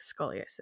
scoliosis